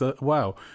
wow